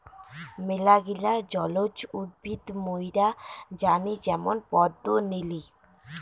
মেলাগিলা জলজ উদ্ভিদ মুইরা জানি যেমন পদ্ম, নিলি